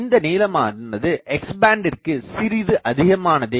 இந்த நீளமானது X பேண்ட்டிற்கு சிறிது அதிகமானதே